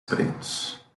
pretos